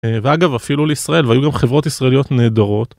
ואגב, אפילו לישראל, והיו גם חברות ישראליות נהדרות.